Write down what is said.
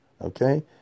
okay